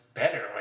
better